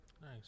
Nice